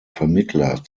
vermittler